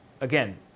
Again